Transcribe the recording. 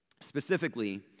Specifically